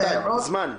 זמן?